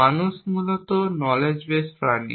মানুষ মূলত knowledge base প্রাণী